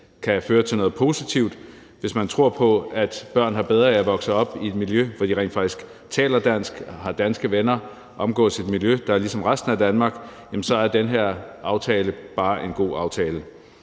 kan føre til noget positivt, og hvis man tror på, at børn har bedre af at vokse op i et miljø, hvor de rent faktisk taler dansk, har danske venner og omgås i et miljø, der er ligesom resten af Danmark – ja, så er den her aftale bare en god aftale.